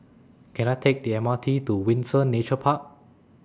Can I Take The M R T to Windsor Nature Park